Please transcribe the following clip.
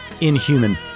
inhuman